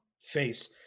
face